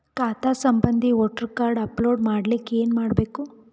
ಖಾತಾ ಸಂಬಂಧಿ voter card upload ಮಾಡಲಿಕ್ಕೆ ಏನ ಮಾಡಬೇಕು?